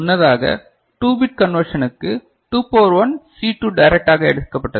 முன்னதாக 2 பிட் கண்வெர்ஷனுக்கு 2 power 1 C2 டைரக்டாக எடுக்கப்பட்டது